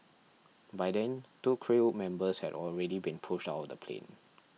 by then two crew members had already been pushed out of the plane